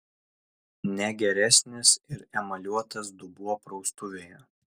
ne geresnis ir emaliuotas dubuo praustuvėje